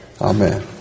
Amen